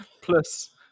Plus